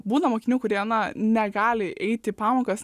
būna mokinių kurie na negali eiti į pamokas